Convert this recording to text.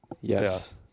Yes